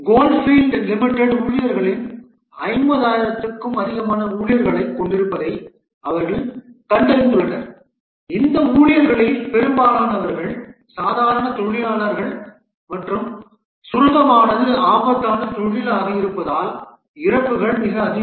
coalfield limited ஊழியர்களில் 50000 க்கும் அதிகமான ஊழியர்களைக் கொண்டிருப்பதை அவர்கள் கண்டறிந்துள்ளனர் இந்த ஊழியர்களில் பெரும்பான்மையானவர்கள் சாதாரண தொழிலாளர்கள் மற்றும் சுரங்கமானது ஆபத்தான தொழிலாக இருப்பதால் இறப்புக்கள் மிக அதிகம்